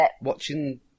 watching